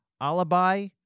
Alibi